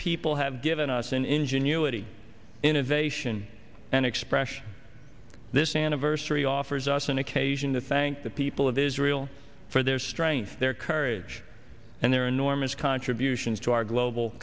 people have given us in ingenuity innovation and expression this anniversary offers us an occasion to thank the people of israel for their strength their rich and their enormous contributions to our global